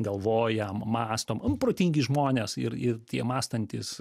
galvojam mąstom nu protingi žmonės ir ir tie mąstantys